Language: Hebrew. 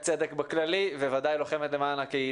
וכאשר עולה סוגיה בתוך בתי הספר הם מנחים את